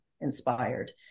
inspired